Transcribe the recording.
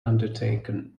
undertaken